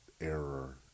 error